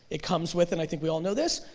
it comes with, and i think we all know this,